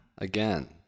Again